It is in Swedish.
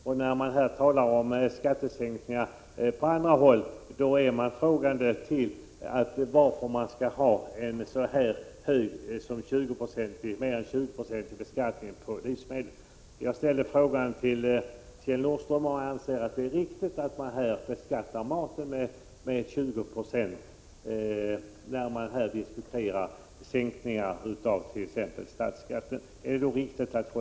Även om det här talas om skattesänkningar på andra håll, måste man ställa sig frågande till nödvändigheten av en så hög beskattning av livsmedel som över 20 90. Jag ställer frågan till Kjell Nordström om han anser att det är riktigt att man skall fortsätta att beskatta maten med över 20 26 samtidigt som man diskuterar sänkningar av t.ex. en statliga skatten.